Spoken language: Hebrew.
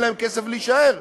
אין להם כסף להישאר.